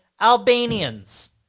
Albanians